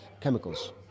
chemicals